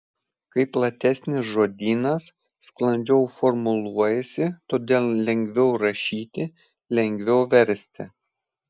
kai platesnis žodynas sklandžiau formuluojasi todėl lengviau rašyti lengviau versti